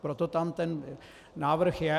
Proto tam ten návrh je.